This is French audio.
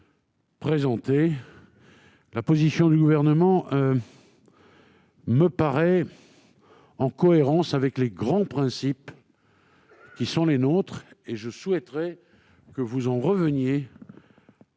présentés. La position du Gouvernement me paraît en cohérence avec les grands principes qui sont les nôtres. Je souhaiterais que le Sénat en revienne